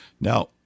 Now